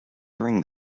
during